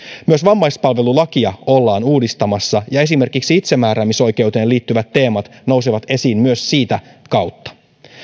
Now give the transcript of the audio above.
myös vammaispalvelulakia ollaan uudistamassa ja esimerkiksi itsemääräämisoikeuteen liittyvät teemat nousevat esiin myös sitä kautta